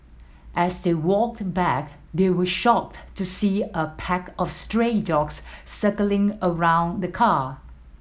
as they walked back they were shocked to see a pack of stray dogs circling around the car